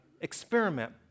experiment